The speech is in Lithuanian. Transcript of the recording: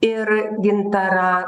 ir gintarą